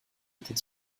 était